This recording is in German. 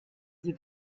sie